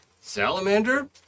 salamander